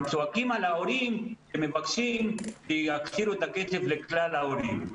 צועקים על ההורים שמבקשים שיחזרו את הכסף לכלל ההורים.